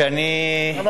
שאני אחד